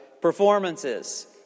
performances